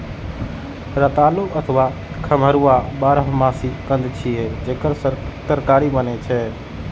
रतालू अथवा खम्हरुआ बारहमासी कंद छियै, जेकर तरकारी बनै छै